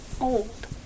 old